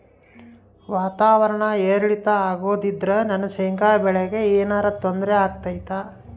ವಾತಾವರಣ ಏರಿಳಿತ ಅಗೋದ್ರಿಂದ ನನ್ನ ಶೇಂಗಾ ಬೆಳೆಗೆ ಏನರ ತೊಂದ್ರೆ ಆಗ್ತೈತಾ?